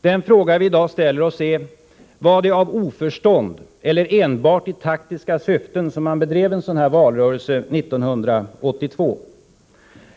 Den fråga vi i dag ställer oss är: Var det av oförstånd eller enbart i taktiska syften som man bedrev en sådan valrörelse 1982?